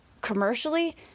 commercially